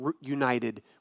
united